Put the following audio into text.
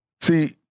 See